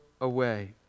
away